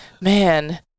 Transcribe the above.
man